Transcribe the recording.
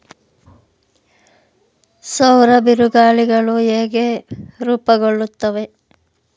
ಸೌರ ಬಿರುಗಾಳಿಗಳು ಹೇಗೆ ರೂಪುಗೊಳ್ಳುತ್ತವೆ?